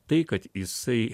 tai kad jisai